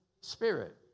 spirit